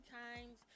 times